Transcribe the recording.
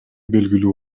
белгилүү